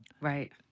Right